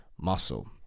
muscle